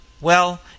Well